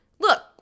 Look